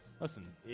listen